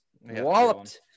Walloped